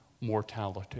mortality